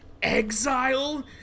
exile